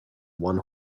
one